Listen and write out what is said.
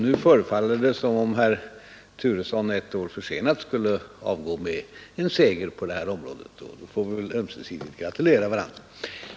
Nu förefaller det som om herr Turesson ett år försenat skulle avgå med en seger på det området, och då får vi väl ömsesidigt gratulera varandra.